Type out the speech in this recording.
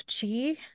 chi